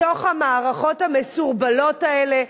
בתוך המערכות המסורבלות האלה,